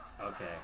Okay